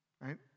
right